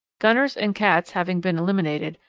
gunners and cats having been eliminated,